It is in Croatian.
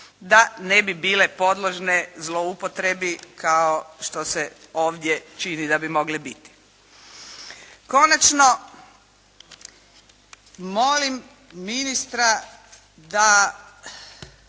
da ne bi bile podložne zloupotrebi kao što se ovdje čini da bi mogle biti. Konačno, molim ministra da